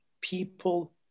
people